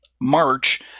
March